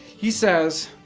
he says,